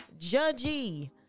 judgy